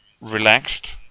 relaxed